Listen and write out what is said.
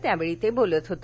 त्यावेळी ते बोलत होते